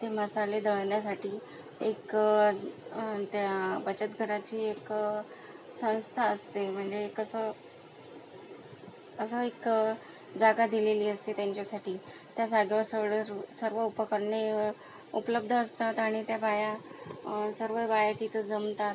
ते मसाले दळण्यासाठी एक त्या बचत गटाची एक संस्था असते म्हणजे कसं असं एक जागा दिलेली असते त्यांच्यासाठी त्या जागेवर सगळेच सर्व उपकरणे उपलब्ध असतात आणि त्या बाया सर्व बाया तिथं जमतात